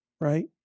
right